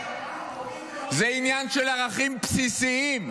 זה עניין של ערכים בסיסיים,